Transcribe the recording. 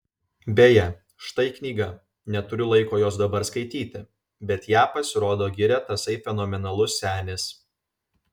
beje štai knyga neturiu laiko jos dabar skaityti bet ją pasirodo giria tasai fenomenalus senis